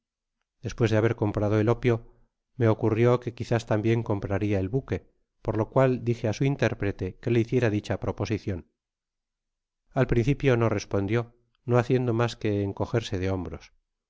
despues de haber comprado el ópio me ocurrió que quizás tambien compraria el buque por lo cual dije á su intérprete que le hiciera dicha proposicioni al principio no respondió no haciendo mas que encogerse de hombros